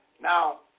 Now